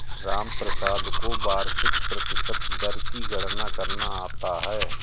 रामप्रसाद को वार्षिक प्रतिशत दर की गणना करना आता है